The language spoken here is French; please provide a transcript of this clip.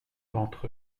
d’entre